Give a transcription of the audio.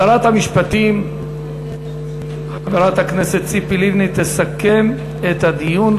שרת המשפטים חברת הכנסת ציפי לבני תסכם את הדיון,